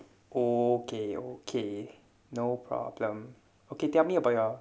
okay okay no problem okay tell me about your